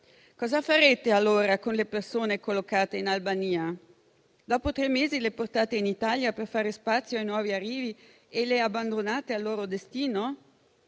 Cosa farete allora con le persone collocate in Albania? Dopo tre mesi le portate in Italia per fare spazio ai nuovi arrivi e le abbandonate al loro destino?